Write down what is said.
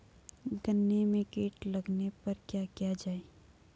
गन्ने में कीट लगने पर क्या किया जाये?